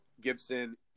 Gibson